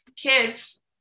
kids